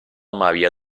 maria